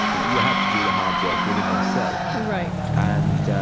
you know, you have to do the hard work within yourself right and,